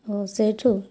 ଓ ସେଇଠୁ